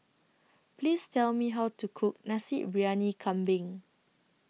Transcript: Please Tell Me How to Cook Nasi Briyani Kambing